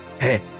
hey